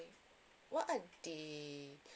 what are the